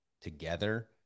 together